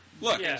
Look